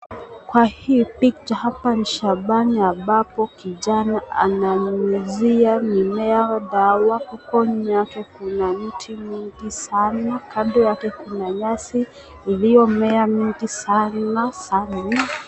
Kwa hii picha hapa ni shambani ambapo kijana ananyunyuzia mimea dawa. Kuna mti mingi sana kando yake kuna nyasi iliyomea mingi sana.